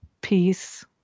peace